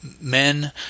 men